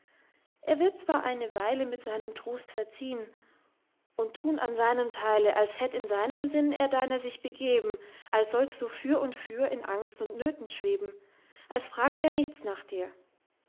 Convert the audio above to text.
er wird zwar eine weile mit seinem trost verziehn und tun an seinem teile als hätt in seinem sinn er deiner sich begeben als sollt'st du für und für in angst und nöten schweben als fragt er nichts nach dir